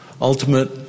ultimate